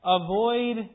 avoid